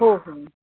हो